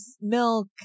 milk